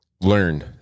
learn